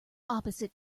opposite